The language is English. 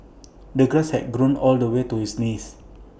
the grass had grown all the way to his knees